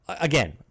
Again